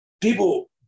People